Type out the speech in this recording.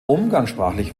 umgangssprachlich